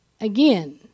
again